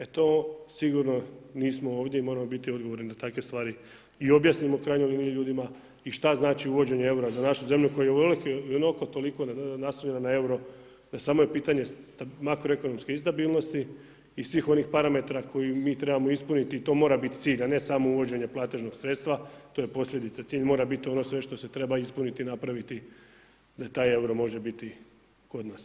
E to sigurno nismo ovdje i moramo biti odgovorni da takve stvari i objasnimo u krajnjoj liniji ljudima i šta znači uvođenje eura za našu zemlju koja je i ovoliko i onoliko toliko naslonjena na eura da samo je pitanje makroekonomske i stabilnosti i svih onih parametara koje mi trebamo ispuniti i to mora biti cilj a ne samo uvođenje platežnog sredstva, to je posljedica, cilj mora biti ono sve što se treba ispuniti i napraviti da taj euro može biti kod nas.